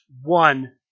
one